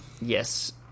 Yes